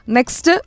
Next